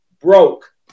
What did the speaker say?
broke